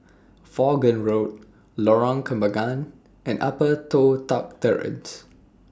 Vaughan Road Lorong Kembagan and Upper Toh Tuck Terrace